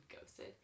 ghosted